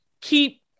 keep